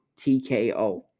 TKO